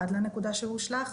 עד לנקודה שהוא הושלך,